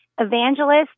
evangelist